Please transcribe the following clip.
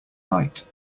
night